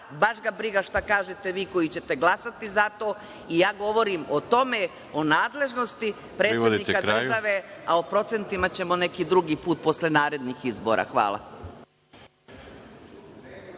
baš ga briga šta kažete vi koji ćete glasati za to i ja govorim o tome, o nadležnosti predsednika države, a o procentima ćemo neki drugi put, posle narednih izbora. Hvala.